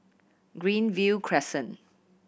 Greenview Crescent